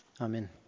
Amen